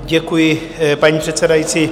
Děkuji, paní předsedající.